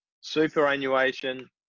superannuation